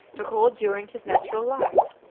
to hold during his natural life,